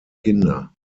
kinder